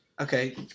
Okay